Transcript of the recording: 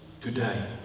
today